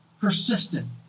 persistent